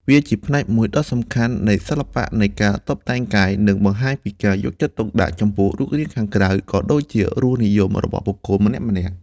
វាជាផ្នែកមួយដ៏សំខាន់នៃសិល្បៈនៃការតុបតែងកាយ និងបង្ហាញពីការយកចិត្តទុកដាក់ចំពោះរូបរាងខាងក្រៅ ក៏ដូចជារសនិយមរបស់បុគ្គលម្នាក់ៗ។